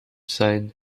sein